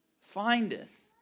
findeth